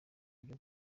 buryo